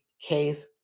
case